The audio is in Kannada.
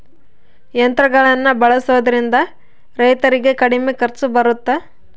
ಯಂತ್ರಗಳನ್ನ ಬಳಸೊದ್ರಿಂದ ರೈತರಿಗೆ ಕಡಿಮೆ ಖರ್ಚು ಬರುತ್ತಾ?